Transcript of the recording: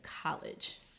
college